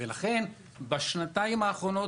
בשנתיים האחרונות,